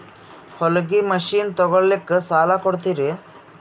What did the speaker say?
ಹೊಲಗಿ ಮಷಿನ್ ತೊಗೊಲಿಕ್ಕ ಸಾಲಾ ಕೊಡ್ತಿರಿ?